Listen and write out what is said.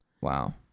Wow